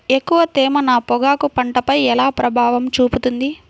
ఎక్కువ తేమ నా పొగాకు పంటపై ఎలా ప్రభావం చూపుతుంది?